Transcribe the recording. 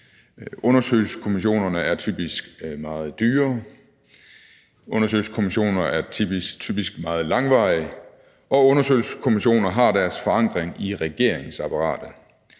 Undersøgelseskommissioner er typisk meget dyre, undersøgelseskommissioner er typisk meget langvarige, og undersøgelseskommissioner har deres forankring i regeringsapparatet.